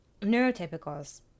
Neurotypicals